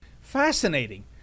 Fascinating